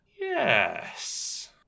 Yes